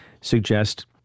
suggest